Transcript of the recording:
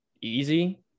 Easy